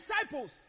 disciples